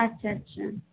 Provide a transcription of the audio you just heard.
আচ্ছা আচ্ছা